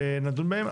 נדון בהם,